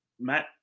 Matt –